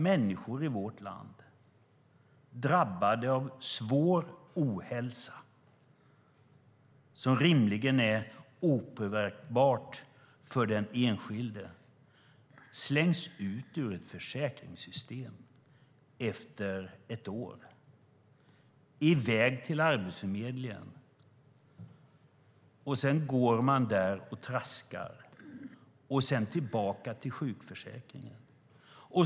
Människor i vårt land, drabbade av svår ohälsa som rimligen är opåverkbar för den enskilde, slängs efter ett år ut ur ett försäkringssystem i väg till Arbetsförmedlingen. Där går man och traskar och går sedan tillbaka till sjukförsäkringen.